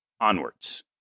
Onwards